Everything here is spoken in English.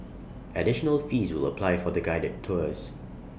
additional fees will apply for the guided tours